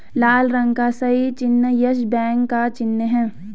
लाल रंग का सही चिन्ह यस बैंक का चिन्ह है